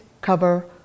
cover